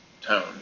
tone